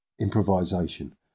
Improvisation